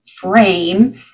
frame